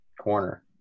corner